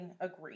agree